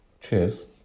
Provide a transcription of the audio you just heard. Cheers